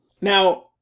Now